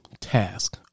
task